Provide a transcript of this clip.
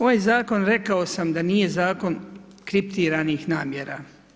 Ovaj zakon, rekao sam, nije zakon kriptiranih namjera.